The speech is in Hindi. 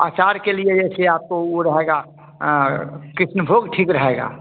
अचार के लिए जैसे आपको वह रहेगा कृष्णभोग ठीक रहेगा